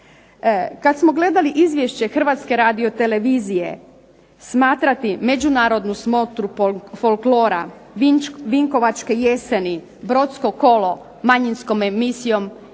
Kada smo gledali izvješće HRTV smatrati Međunarodnu smotru folklora, Vinkovačke jeseni, Brodsko kolo manjinskom emisijom,